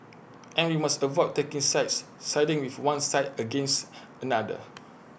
and we must avoid taking sides siding with one side against another